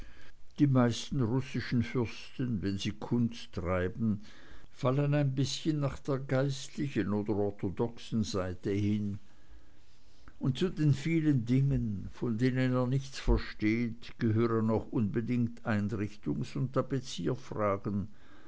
die meisten russischen fürsten wenn sie kunst treiben fallen ein bißchen nach der geistlichen oder orthodoxen seite hin und zu den vielen dingen von denen er nichts versteht gehören auch unbedingt einrichtungs und